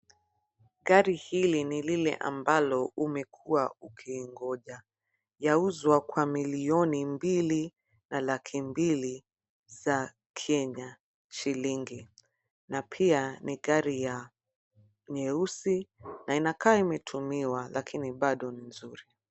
Gari hili, ni lile ambalo, umekuwa ukiingoja, yauzwa, kwa milioni mbili, na laki mbili, za Kenya, shilingi, na pia, ni gari ya nyeusi, na inakaa imetumiwa, lakini bado ni nzuri.